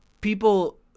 people